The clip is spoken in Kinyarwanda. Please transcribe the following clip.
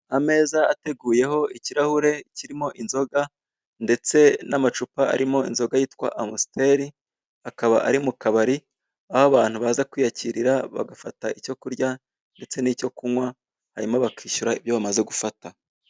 Ameza ateguyeho ikirahure kirimo inzoga ndetse, n'amacupa arimo inzoga yitwa amusiteri aho abantu, akaba ari mu kabari aho abantu baza kwiyakirira bagafata icyo kurya ndetse n'icyo kunywa hanyuma bakishyura ibyo bamaze gufata.